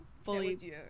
fully